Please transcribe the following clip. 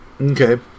okay